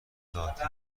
ذاتی